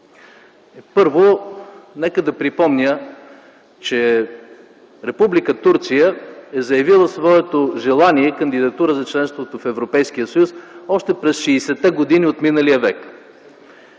Първо, нека да припомня, че Република Турция е заявила своето желание и кандидатура за членството в Европейския съюз още през 60-те години на миналия век.